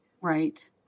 right